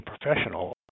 professional